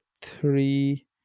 three